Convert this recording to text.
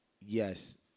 yes